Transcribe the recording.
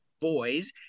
boys